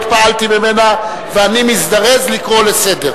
התפעלתי ממנו ואני מזדרז לקרוא לסדר.